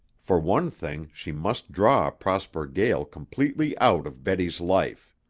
for one thing she must draw prosper gael completely out of betty's life.